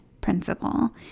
principle